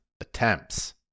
Attempts